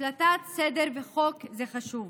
השלטת סדר וחוק זה חשוב,